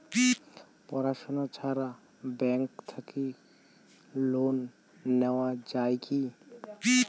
পড়াশুনা ছাড়া ব্যাংক থাকি লোন নেওয়া যায় কি?